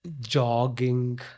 jogging